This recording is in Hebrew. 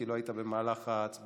כי לא היית במהלך ההצבעה.